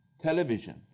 television